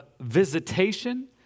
visitation